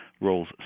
roles